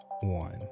one